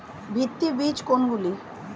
ভিত্তি বীজ কোনগুলি?